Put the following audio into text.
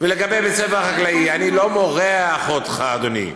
לגבי בית הספר החקלאי, אני לא מורח אותך, אדוני.